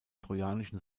trojanischen